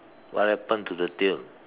what happened to the tail